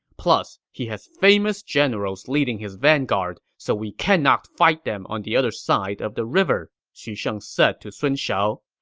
plus he has famous generals leading his vanguard, so we cannot fight them on the other side of the river, xu sheng said to sun shao.